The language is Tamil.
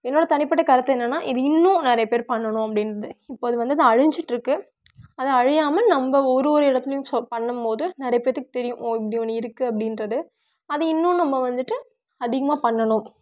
என்னோட தனிப்பட்ட கருத்து என்னென்னா இது இன்னும் நிறைய பேர் பண்ணணும் அப்படின்து இப்போ அது வந்தது அலைஞ்சிட்ருக்கு அது அழியாமல் நம்ம ஒரு ஒரு இடத்துலையும் சொ பண்ணும் போது நிறைய பேர்த்துக்கு தெரியும் ஓ இப்படி ஒன்று இருக்கு அப்படின்றது அது இன்னும் நம்ம வந்துவிட்டு அதிகமாக பண்ணணும்